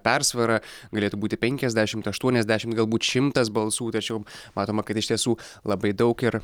persvara galėtų būti penkiasdešimt aštuoniasdešimt galbūt šimtas balsų tačiau matoma kad iš tiesų labai daug ir